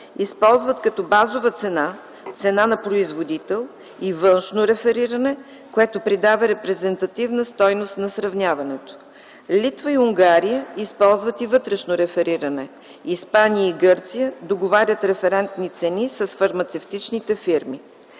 използват като базова цена - цена на производител, и външно рефериране, което придава репрезентативна стойност на сравняването. Литва и Унгария използват и вътрешно рефериране, Испания и Гърция – договарят референтни цени с фармацевтичните фирми.